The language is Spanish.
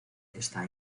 está